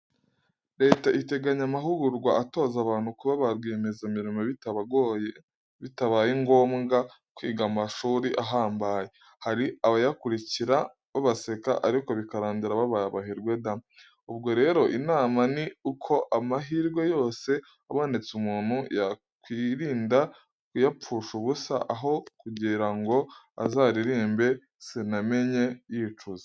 Leta iteganya amahugurwa atoza abantu kuba ba rwiyemezamirimo, bitabaye ngombwa kwiga amashuri ahambaye, hari abayakurikira babaseka ariko bikarangira babaye abaherwe da! Ubwo rero inama ni uko amahirwe yose abonetse umuntu yakwirinda kuyapfusha ubusa aho kugira ngo azaririmbe sinamenye yicuza.